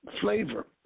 flavor